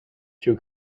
two